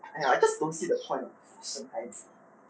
!aiya! I just don't see the point of 生孩子